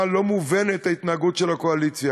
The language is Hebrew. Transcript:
ההתנהגות של הקואליציה